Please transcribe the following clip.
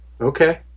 Okay